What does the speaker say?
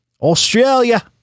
Australia